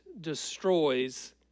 destroys